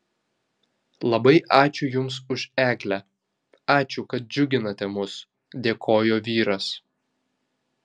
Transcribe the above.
labai ačiū jums už eglę ačiū kad džiuginate mus dėkojo vyras